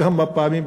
כמה פעמים,